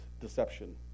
deception